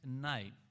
night